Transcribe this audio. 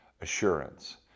assurance